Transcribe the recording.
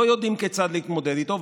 לא יודעים כיצד להתמודד איתו,